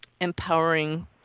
empowering